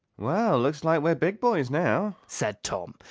well, looks like we're big boys now, said tom,